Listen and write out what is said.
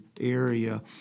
area